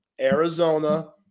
Arizona